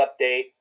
update